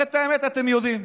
הרי את האמת אתם יודעים,